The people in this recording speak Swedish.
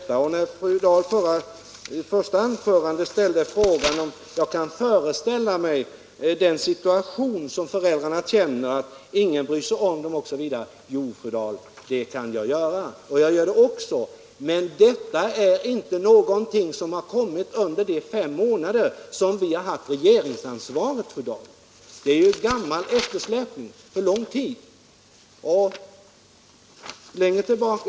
På den fråga som fru Dahl ställde i sitt första anförande, om jag kan föreställa mig den situation som föräldrar befinner sig i när de känner att ingen bryr sig om dem, vill jag svara: Ja, fru Dahl, det kan jag! 43 Men bristen på daghemsplatser är inte någonting som uppstått under de fem månader som vi har haft regeringsansvaret. Det är ju en eftersläpning sedan lång tid tillbaka.